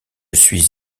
suis